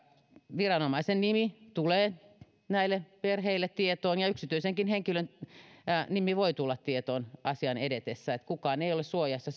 viranomaisen nimi tulee näille perheille tietoon ja yksityisenkin henkilön nimi voi tulla tietoon asian edetessä eli kukaan ei ole suojassa